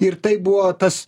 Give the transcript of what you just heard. ir taip buvo tas